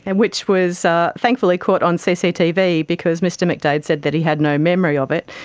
and which was ah thankfully caught on cctv because mr mcdaid said that he had no memory of it.